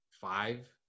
five